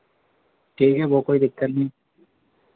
ठीक है वो कोई दिक्कत नहीं